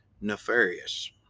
Nefarious